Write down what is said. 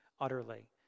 utterly